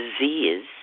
disease